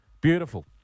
Beautiful